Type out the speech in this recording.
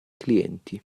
clienti